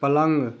पलंग